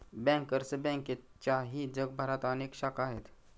bankers बँकेच्याही जगभरात अनेक शाखा आहेत